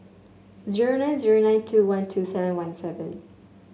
zero nine zero nine two one two seven one seven